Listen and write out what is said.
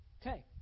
Okay